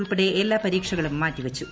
ഉൾപ്പെടെ എല്ലാ പ് പരീക്ഷകളും മാറ്റി വച്ചു